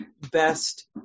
best